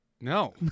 no